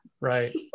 Right